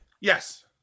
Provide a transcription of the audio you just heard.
Yes